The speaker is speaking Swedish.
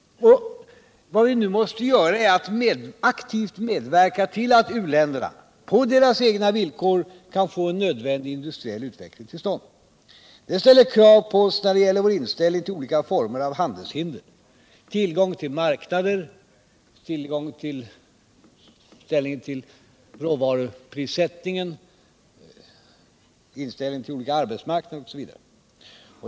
Vad vi nu måste göra är att aktivt medverka till att u-länderna, på deras egna villkor, kan få en nödvändig industriell utveckling till stånd. Det ställer krav på oss när det gäller vår inställning till olika former av handelshinder, tillgång till marknader, vår inställning till råvaruprissättning, till olika arbetsmarknader osv.